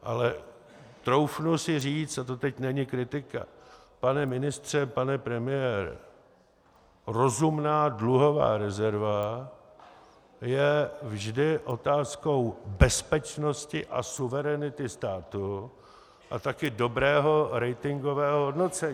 Ale troufnu si říci, a to teď není kritika, pane ministře, pane premiére, rozumná dluhová rezerva je vždy otázkou bezpečnosti a suverenity státu a také dobrého ratingového hodnocení.